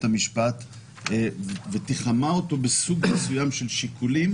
המשפט ותיחמה אותו בסוג מסוים של שיקולים,